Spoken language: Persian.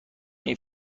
این